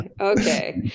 Okay